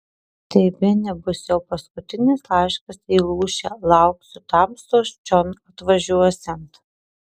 tai bene bus jau paskutinis laiškas į lūšę lauksiu tamstos čion atvažiuosiant